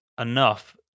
enough